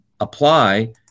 apply